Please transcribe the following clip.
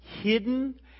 hidden